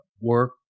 work